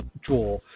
draw